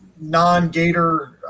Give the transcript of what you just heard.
non-gator